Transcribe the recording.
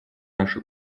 наши